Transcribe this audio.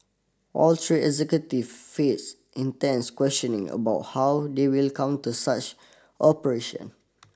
all three executive face intense questioning about how they will counter such operation